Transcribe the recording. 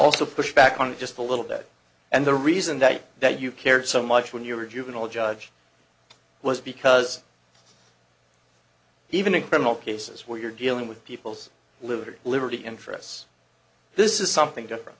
also push back on just a little bit and the reason that you that you cared so much when you were a juvenile judge was because even in criminal cases where you're dealing with people's lives or liberty interests this is something different